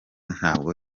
ntabwo